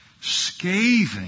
scathing